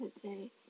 today